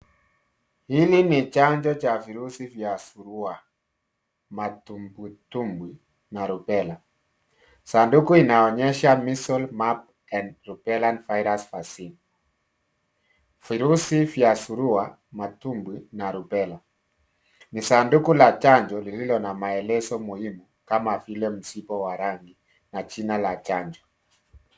Hili ni chanjo cha virusi vya surua, matumbwitumbwi na rubela. Sanduku inaonyesha Measles, Mumps, and Rubella virus vaccine. Virusi vya surua, matumbwi na rubela. Ni sanduku la chanjo lililo na maelezo muhimu kama vile msiba wa rangi na jina la chanjo.